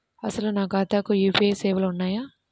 అసలు నా ఖాతాకు యూ.పీ.ఐ సేవలు ఉన్నాయా?